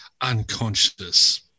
unconscious